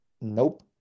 nope